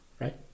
Right